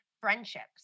friendships